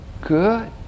Good